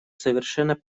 совершенно